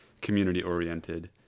community-oriented